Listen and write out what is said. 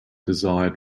desired